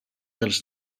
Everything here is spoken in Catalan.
dels